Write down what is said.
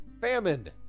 famine